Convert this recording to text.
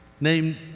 named